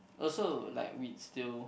also like we'd still